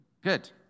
Good